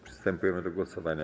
Przystępujemy do głosowania.